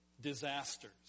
disasters